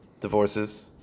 divorces